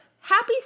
happy